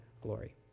glory